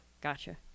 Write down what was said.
gotcha